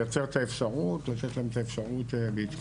ואנחנו פועלים לייצר את האפשרות לתת להם את האפשרות להתחבר.